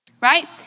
right